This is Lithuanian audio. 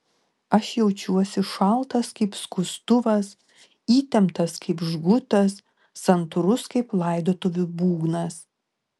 aš jaučiuosi šaltas kaip skustuvas įtemptas kaip žgutas santūrus kaip laidotuvių būgnas